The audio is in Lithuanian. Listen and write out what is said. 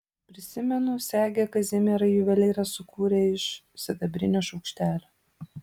prisimenu segę kazimierai juvelyras sukūrė iš sidabrinio šaukštelio